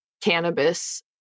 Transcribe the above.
cannabis